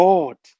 God